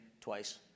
twice